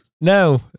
No